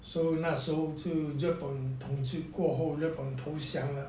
so 那时候就日本统治过后日本投降了